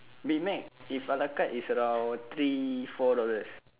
big Mac if ala carte is around three four dollars